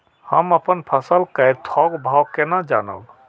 हम अपन फसल कै थौक भाव केना जानब?